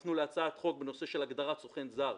דחפנו להצעת חוק בנושא של הגדרת סוכן זר.